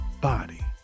body